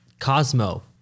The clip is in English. Cosmo